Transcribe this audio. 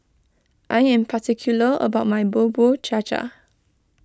I am particular about my Bubur Cha Cha